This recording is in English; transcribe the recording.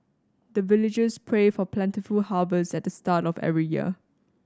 the villagers pray for plentiful harvest at the start of every year